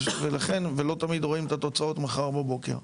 ולכן, לא תמיד רואים את התוצאות מחר בבוקר.